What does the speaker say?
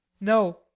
No